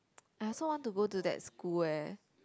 I also want to go to that school eh